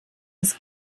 des